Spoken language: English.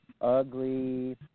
ugly